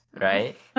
right